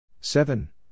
Seven